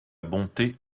bonté